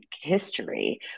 history